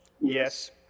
Yes